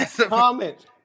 comment